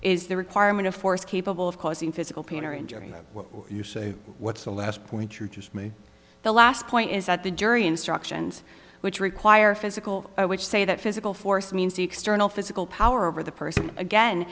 is the requirement of force capable of causing physical pain or injury you say what's the last point you just made the last point is that the jury instructions which require physical which say that physical force means the external physical power over the person again